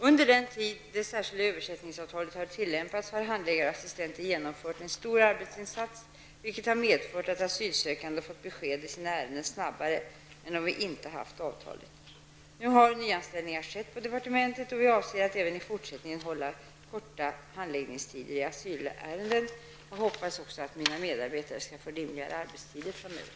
Under den tid det särskilda övertidsersättningsavtalet tillämpats har handläggare och assistenter genomfört en stor arbetsinsats vilket har medfört att asylsökande fått besked i sina ärenden snabbare än om vi inte haft avtalet. Nu har nyanställningar skett på departementet, och vi avser att även i fortsättningen hålla korta handläggningstider i asylärenden. Jag hoppas också att mina medarbetare skall få rimligare arbetstider framöver.